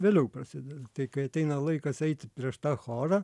vėliau prasideda kai ateina laikas eiti prieš tą chorą